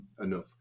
enough